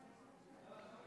הודעת